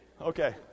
Okay